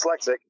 dyslexic